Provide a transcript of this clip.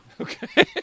Okay